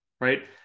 right